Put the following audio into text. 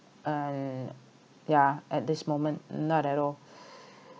uh yeah at this moment not at all